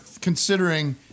considering